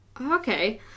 Okay